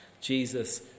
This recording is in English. Jesus